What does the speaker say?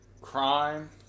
crime